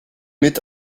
mit